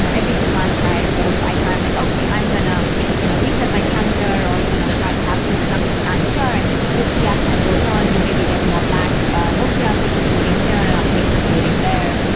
you know every few months i sort of i try, i'm like, okay, i'm going to you know reset my calendar or you know try to have these chunks of times here. and you'll see as time goes on you maybe get more lax about, okay, i'll take this meeting here and and i'll take this meeting there.